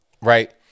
Right